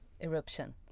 eruption